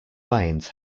lines